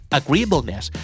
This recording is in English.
agreeableness